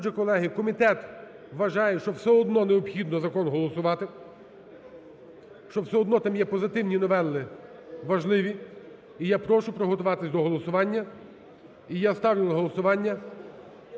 Отже, колеги, комітет вважає, що все одно необхідно закон голосувати, що все одно там є позитивні новели, важливі. І я прошу приготуватись до голосування. І я ставлю на голосування